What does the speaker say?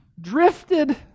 drifted